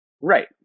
right